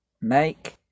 Make